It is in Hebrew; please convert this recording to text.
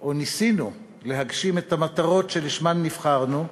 או ניסינו להגשים את המטרות שלשמן נבחרנו?